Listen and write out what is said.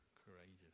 courageous